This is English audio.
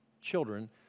children